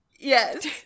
Yes